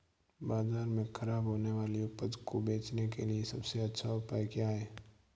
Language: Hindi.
बाजार में खराब होने वाली उपज को बेचने के लिए सबसे अच्छा उपाय क्या हैं?